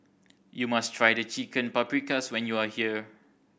you must try The Chicken Paprikas when you are here